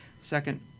Second